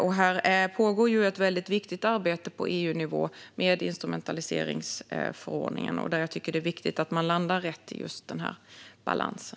Det pågår ett väldigt viktigt arbete på EU-nivå med instrumentaliseringsförordningen, och jag tycker att det är viktigt att man landar rätt i den här balansen.